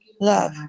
love